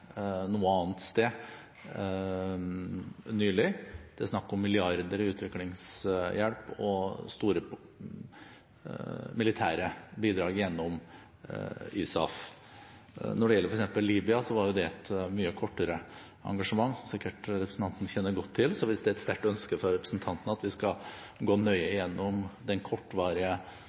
noe annet sted nylig. Det er snakk om milliarder kroner i utviklingshjelp og store militære bidrag gjennom ISAF. Når det gjelder Libya, var jo det et mye kortere engasjement, som representanten sikkert kjenner godt til. Hvis det er et sterkt ønske fra representanten at vi skal gå nøye igjennom f.eks. den kortvarige